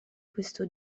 questo